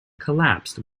collapsed